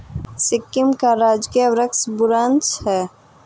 सिक्किम का राजकीय वृक्ष बुरांश है